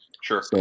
Sure